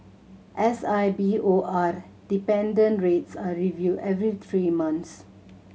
S I B O R dependent rates are reviewed every three months